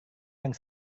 yang